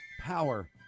power